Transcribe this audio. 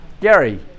Gary